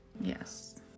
Yes